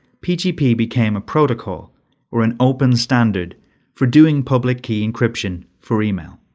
pgp became a protocol or an open standard for doing public key encryption for email.